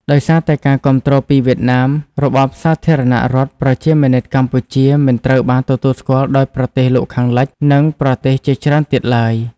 ដោយសារតែការគាំទ្រពីវៀតណាម របបសាធារណរដ្ឋប្រជាមានិតកម្ពុជាមិនត្រូវបានទទួលស្គាល់ដោយប្រទេសលោកខាងលិច និងប្រទេសជាច្រើនទៀតឡើយ។